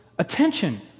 attention